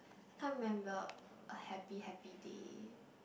I can't remember a happy happy day